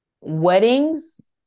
Weddings